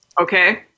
okay